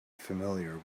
familiar